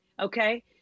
Okay